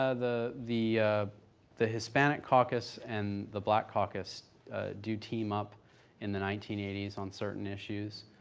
ah the the the hispanic caucus and the black caucus do team up in the nineteen eighty s on certain issues,